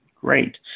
Great